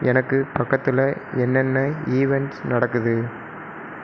எனக்கு பக்கத்தில் என்னென்ன ஈவென்ட்ஸ் நடக்குது